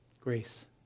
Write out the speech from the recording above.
Grace